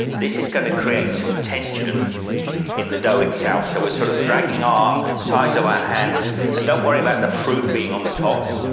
this is going to create some tension in the dough itself, so we're sort of dragging our sides of our hands and don't worry about the fruit being on the top,